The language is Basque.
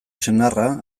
senarra